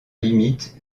limite